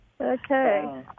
Okay